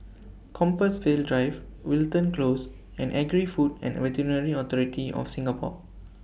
Compassvale Drive Wilton Close and Agri Food and Veterinary Authority of Singapore